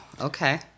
Okay